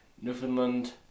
Newfoundland